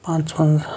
پانٛژھ وَنٛزاہ